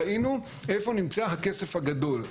ראינו איפה נמצא הכסף הגדול.